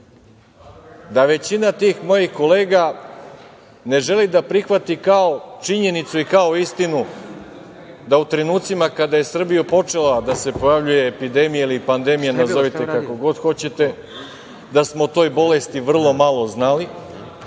da većina tih mojih kolega ne želi da prihvati kao činjenicu i kao istinu da u trenucima kada je u Srbiji počela da se pojavljuje epidemija ili pandemija, nazovite kako god hoćete, da smo o toj bolesti vrlo malo znali,